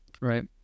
Right